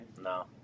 No